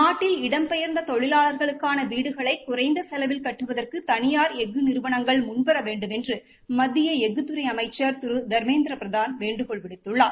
நாட்டில் இடம்பெயர்ந்த தொழிலாளர்களுக்கான வீடுகளை குறைந்த செலவில் கட்டுவதற்கு தளியார் எஃகு நிறுவனங்கள் முன்வர வேண்டுமென்று மத்திய எஃகுத்துறை அமைச்சள் திரு தர்மேந்திர பிரதான் வேண்டுகோள் விடுத்துள்ளார்